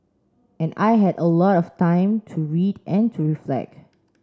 and I had a lot of time to read and to reflect